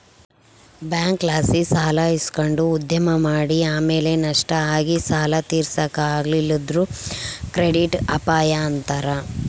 ಬ್ಯಾಂಕ್ಲಾಸಿ ಸಾಲ ಇಸಕಂಡು ಉದ್ಯಮ ಮಾಡಿ ಆಮೇಲೆ ನಷ್ಟ ಆಗಿ ಸಾಲ ತೀರ್ಸಾಕ ಆಗಲಿಲ್ಲುದ್ರ ಕ್ರೆಡಿಟ್ ಅಪಾಯ ಅಂತಾರ